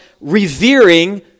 revering